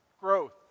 growth